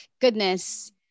Goodness